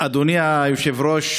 אדוני היושב-ראש,